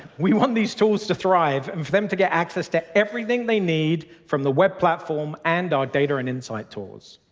we want these tools to thrive, and for them to get access to everything they need from the web platform and our data and insight tools.